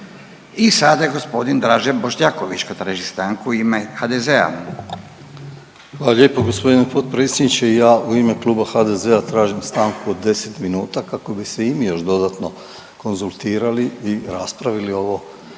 I sada je g. Dražen Bošnjaković kad traži stanku u ime HDZ-a. **Bošnjaković, Dražen (HDZ)** Hvala lijepo g. potpredsjedniče, ja u ime Kluba HDZ-a tražim stanku od 10 minuta kako bi se i mi još dodatno konzultirali i raspravili ovo